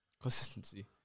consistency